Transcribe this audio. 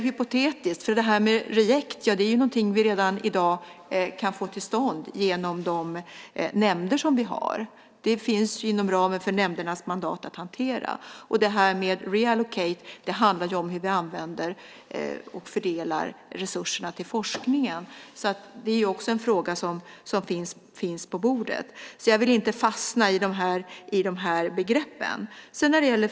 Det här med reject är ju någonting som vi redan i dag kan få till stånd genom de nämnder som vi har. Det finns inom ramen för nämndernas mandat att hantera. Reallocate handlar om hur vi använder och fördelar resurserna till forskningen. Det är ju också en fråga som finns på bordet. Jag vill inte fastna i de här begreppen.